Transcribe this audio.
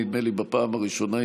נדמה לי בפעם הראשונה,